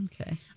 Okay